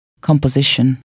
composition